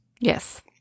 Yes